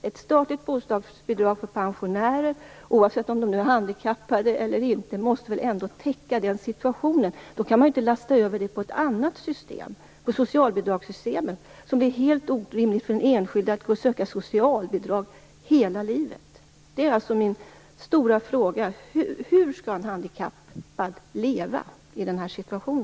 Ett statligt bostadsbidrag till pensionärer, oavsett om de är handikappade eller inte, måste väl ändå täcka den situation som gäller för dem. Det kan inte lastas över på ett annat system, t.ex. på socialbidragssystemet. Det är ju helt orimligt för den enskilde att söka socialbidrag hela livet. Den väsentliga frågan är alltså: Hur skall en handikappad leva i nämnda situation?